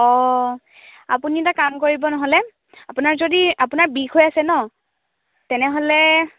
অঁ আপুনি এটা কাম কৰিব নহ'লে আপোনাৰ যদি আপোনাৰ বিষ হৈ আছে ন তেনেহ'লে